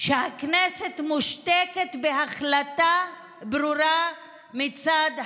הכנסת מושתקת בהחלטה ברורה מצד הממשלה.